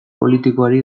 politikoari